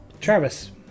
travis